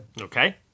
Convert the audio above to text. Okay